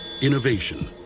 Innovation